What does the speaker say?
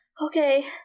okay